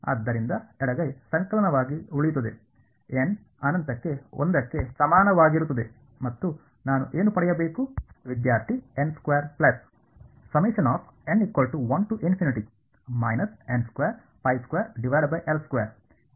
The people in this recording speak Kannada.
ಆದ್ದರಿಂದ ಎಡಗೈ ಸಂಕಲನವಾಗಿ ಉಳಿಯುತ್ತದೆ ಏನ್ ನ್ ಅನಂತಕ್ಕೆ ಒಂದಕ್ಕೆ ಸಮಾನವಾಗಿರುತ್ತದೆ ಮತ್ತು ನಾನು ಏನು ಪಡೆಯಬೇಕು